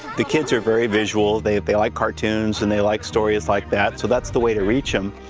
the cuds are very visual. they they like cartoons, and they like stories like that. so that's the way to reach them.